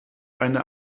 eine